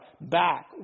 back